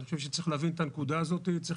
אני חושב שצריך להבין את הנקודה הזאת וצריך